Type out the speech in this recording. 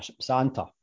Santa